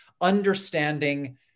understanding